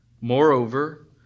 Moreover